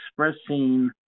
expressing